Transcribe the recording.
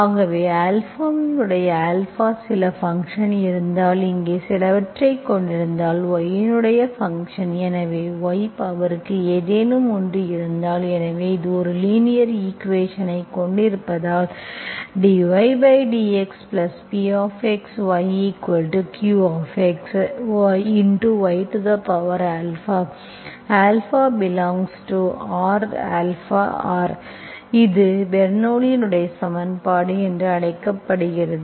ஆகவே ஆல்பாவின் சில ஃபங்க்ஷன் இருந்தால் இங்கே சிலவற்றைக் கொண்டிருந்தால் y இன் ஃபங்க்ஷன் எனவே y பவர்க்கு ஏதேனும் ஒன்று எனவே இது ஒரு லீனியர் ஈக்குவேஷன்ஐக் கொண்டிருப்பதால் dydx Px yqx y α∈RαR இது பெர்னோள்ளியின் சமன்பாடு என்று அழைக்கப்படுகிறது